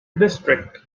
district